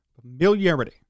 familiarity